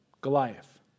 Goliath